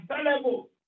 available